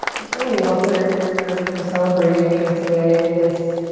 it's really what we're we're kind of celebrating here today this